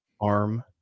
arm